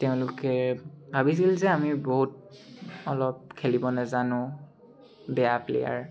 তেওঁলোকে ভাবিছিল যে আমি বহুত অলপ খেলিব নেজানো বেয়া প্লেয়াৰ